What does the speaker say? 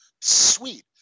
sweet